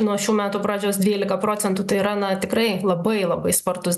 nuo šių metų pradžios dvylika procentų tai yra na tikrai labai labai spartus